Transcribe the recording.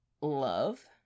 love